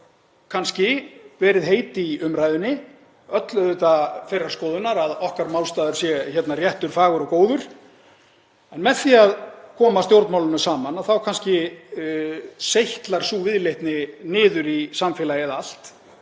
kannski verið heit í umræðunni, öll auðvitað þeirrar skoðunar að okkar málstaður sé réttur, fagur og góður. En með því að koma stjórnmálunum saman þá kannski seytlar sú viðleitni niður í samfélagið allt.